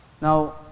Now